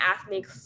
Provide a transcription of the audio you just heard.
ethnic